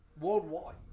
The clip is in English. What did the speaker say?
worldwide